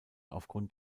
aufgrund